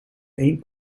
één